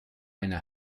eine